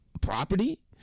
property